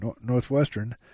Northwestern